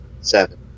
seven